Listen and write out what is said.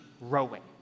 rowing